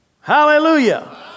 Hallelujah